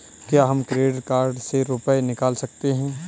क्या हम credit card से रुपये निकाल सकते हैं?